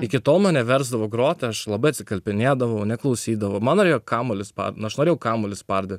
iki tol mane versdavo groti aš labai atsikalbinėdavau neklausydavau man norėjos kamuolį nušlaviau kamuolį spardo